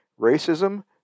racism